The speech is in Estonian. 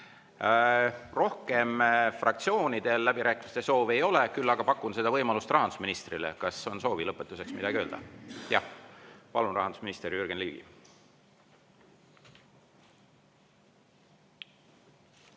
Rohkem fraktsioonidel läbirääkimiste soovi ei ole, küll aga pakun seda võimalust rahandusministrile. Kas on soov lõpetuseks midagi öelda? Palun, rahandusminister Jürgen Ligi!